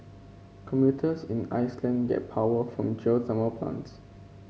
computers in Iceland get power from geothermal plants